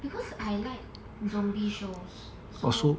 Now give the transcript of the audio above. because I like zombie shows so